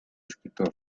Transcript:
escritor